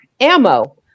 ammo